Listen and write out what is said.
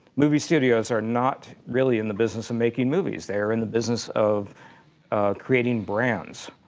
movie studios are not really in the business of making movies. they're in the business of creating brands.